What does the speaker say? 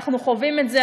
אנחנו חווים את זה,